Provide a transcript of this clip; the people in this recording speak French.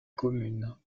commune